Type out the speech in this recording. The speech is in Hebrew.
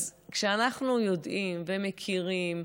אז כשאנחנו יודעים ומכירים,